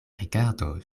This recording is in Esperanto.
rigardo